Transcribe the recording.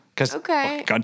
Okay